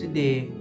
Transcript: Today